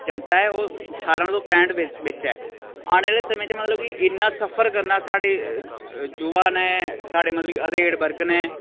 जनता ऐ ओह् ठारां तू पैंह्ठ बिच्च बिच्च ऐ आने आह्लें समें च मतलब कि इन्ना सफर करना साढ़े युवा न साढ़े मतलब कि अधेड़ वर्ग न